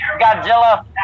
Godzilla